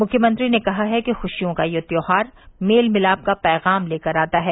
मुख्यमंत्री ने कहा है कि खुशियों का यह त्यौहार मेल मिलाप का पैगाम लेकर आता है